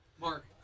Mark